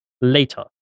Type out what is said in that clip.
later